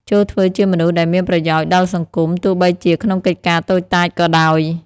ចូរធ្វើជាមនុស្សដែលមានប្រយោជន៍ដល់សង្គម ទោះបីជាក្នុងកិច្ចការតូចតាចក៏ដោយ។